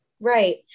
Right